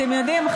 אתם יודעים,